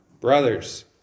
Brothers